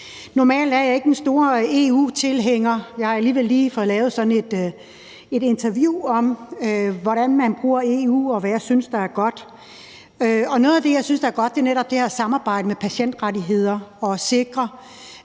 Normalt er jeg ikke den store EU-tilhænger. Men jeg har alligevel lige fået lavet sådan et interview om, hvordan man bruger EU, og hvad jeg synes, der er godt. Og noget af det, jeg synes er godt, er netop det her samarbejde om patientrettigheder og at sikre,